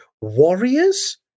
Warriors